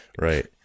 Right